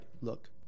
look